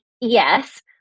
yes